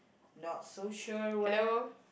not so sure where